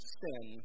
sin